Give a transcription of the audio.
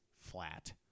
flat